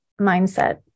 mindset